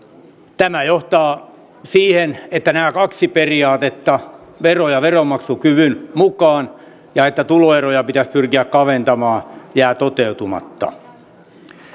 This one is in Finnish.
tämä johtaa siihen että nämä kaksi periaatetta veroja veronmaksukyvyn mukaan ja se että tuloeroja pitäisi pystyä kaventamaan jäävät toteutumatta